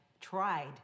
tried